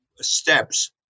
Steps